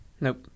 Nope